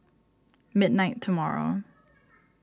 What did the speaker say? midnight tomorrow